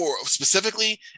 specifically